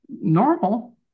normal